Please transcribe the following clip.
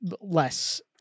less